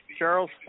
Charles